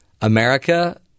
America